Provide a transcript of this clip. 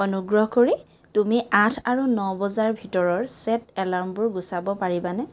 অনুগ্ৰহ কৰি তুমি আঠ আৰু ন বজাৰ ভিতৰৰ ছেট এলাৰ্মবোৰ গুচাব পাৰিবানে